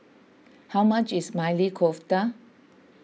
how much is Maili Kofta